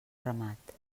ramat